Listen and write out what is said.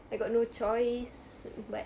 I got no choice but